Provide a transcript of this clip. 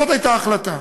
וזאת הייתה ההחלטה.